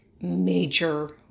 major